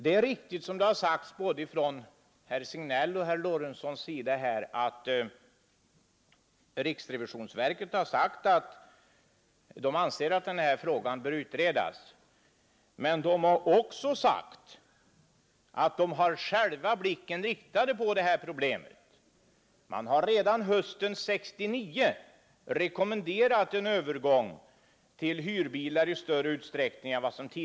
Det är riktigt, som både herr Signell och herr Lorentzon sagt, att riksrevisionsverket uttalat att denna fråga bör utredas. Men från verket har också sagts att man har blicken riktad på detta problem. Man har redan hösten 1969 rekommenderat en övergång till användning av hyrbilar i större utsträckning än tidigare.